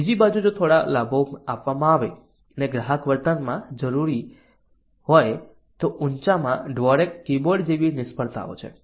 બીજી બાજુ જો થોડા લાભો આપવામાં આવે અને ગ્રાહક વર્તનમાં ફેરફાર જરૂરી હોય તો ઊચામાં ડ્વોરેક કીબોર્ડ જેવી નિષ્ફળતાઓ છે